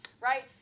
right